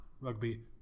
rugby